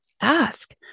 Ask